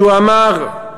שאמר,